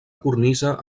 cornisa